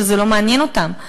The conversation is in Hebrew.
שזה לא מעניין אותם.